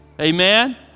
amen